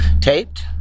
taped